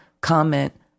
comment